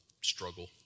struggle